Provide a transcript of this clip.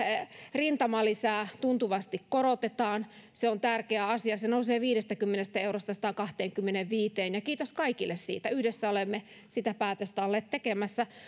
rintamalisää tuntuvasti korotetaan se on tärkeä asia se nousee viidestäkymmenestä eurosta sataankahteenkymmeneenviiteen ja kiitos kaikille siitä yhdessä olemme sitä päätöstä olleet tekemässä